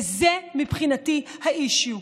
וזה מבחינתי ה-issue.